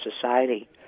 society